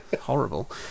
horrible